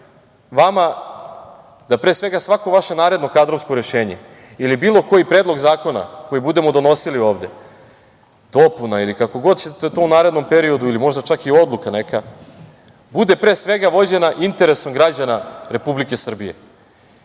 vama, da pre svega, svako vaše naredno kadrovsko rešenje ili bilo koji predlog zakona koji budemo donosili ovde, dopuna ili kako god će to u narednom periodu ili možda čak i odluka neka, bude pre svega vođena interesom građana Republike Srbije,